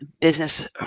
business